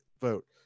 vote